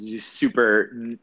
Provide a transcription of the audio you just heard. super